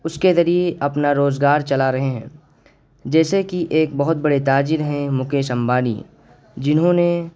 اس کے ذریعے اپنا روزگار چلا رہے ہیں جیسے کہ ایک بہت بڑے تاجر ہیں مکیش امبانی جنہوں نے